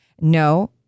No